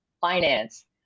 finance